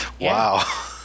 Wow